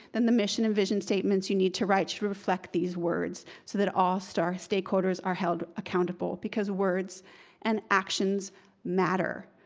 then the mission and vision statements you need to write to reflect these words so that all star stakeholders are held accountable, because words and actions matter,